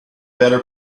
better